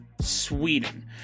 Sweden